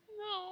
no